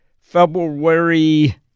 February